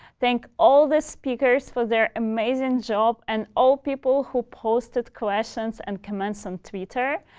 thank all the speakers for their amazing job and all people who posted questions and comments on twitter.